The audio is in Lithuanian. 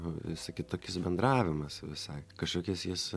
visai kitokis bendravimas visai kažkokis jis